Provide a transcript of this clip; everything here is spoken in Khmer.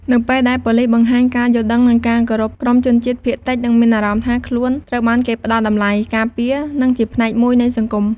នៅពេលដែលប៉ូលិសបង្ហាញការយល់ដឹង និងការគោរព ក្រុមជនជាតិភាគតិចនឹងមានអារម្មណ៍ថាខ្លួនត្រូវបានគេផ្តល់តម្លៃ ការពារ និងជាផ្នែកមួយនៃសង្គម។